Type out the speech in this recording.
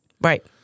Right